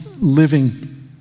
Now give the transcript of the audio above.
living